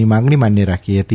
ની માંગણી માન્ય રાખી હતી